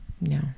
No